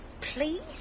please